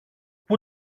πού